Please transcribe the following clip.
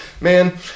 man